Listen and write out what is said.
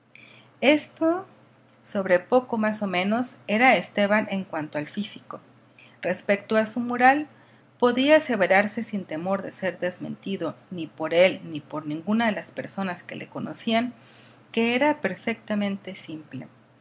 esto sobre poco más o menos era esteban en cuanto al físico respecto a su moral podía aseverarse sin temor de ser desmentido ni por él ni por ninguna de las personas que le conocían que era perfectamente simple